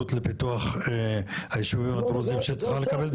לפיתוח היישובים הדרוזים שצריכה לקבל את